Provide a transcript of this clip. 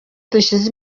dushyize